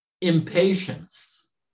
impatience